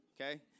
Okay